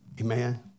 Amen